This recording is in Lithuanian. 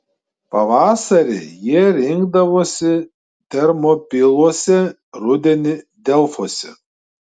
pavasarį jie rinkdavosi termopiluose rudenį delfuose